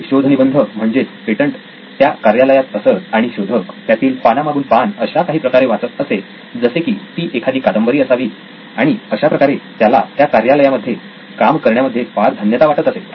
ते शोधनिबंध म्हणजेच पेटंट त्या कार्यालयात असत आणि शोधक त्यातील पाना मागून पान अशा काही प्रकारे वाचत असे जसे की ती एखादी कादंबरी असावी आणि अशाप्रकारे त्याला त्या कार्यालयामध्ये काम करण्यामध्ये फार धन्यता वाटत असे